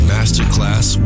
Masterclass